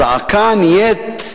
הזעקה נהיית חזקה,